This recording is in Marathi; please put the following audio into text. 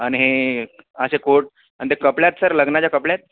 आणि हे असे कोट आणि कपड्यात सर लग्नाच्या कपड्यात